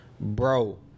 bro